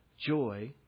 joy